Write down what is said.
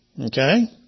Okay